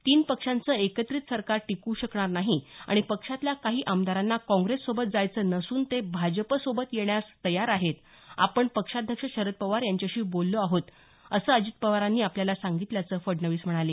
तीन पक्षांचं एकत्रित सरकार टिकू शकणार नाही आणि पक्षातल्या काही आमदारांना काँग्रेससोबत जायचं नसून ते भाजपसोबत येण्यास तयार आहेत आपण पक्षाध्यक्ष शरद पवार यांच्यांशी बोललो आहोत असं अजित पवारांनी आपल्याला सांगितल्याचं फडणवीस म्हणाले